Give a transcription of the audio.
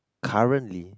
currently